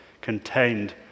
contained